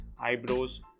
eyebrows